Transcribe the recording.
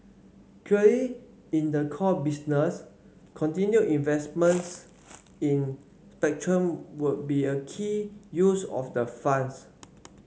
clearly in the core business continued investment in would be a key use of the funds